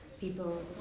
people